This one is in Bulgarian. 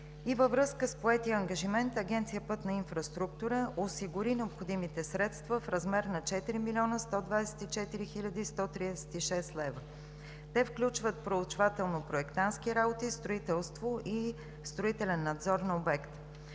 Във връзка с поетия ангажимент Агенция „Пътна инфраструктура“ осигури необходимите средства в размер на 4 млн. 124 хил. 136 лв. Те включват проучвателно-проектантски работи, строителство и строителен надзор на обекта.